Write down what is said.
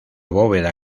bóveda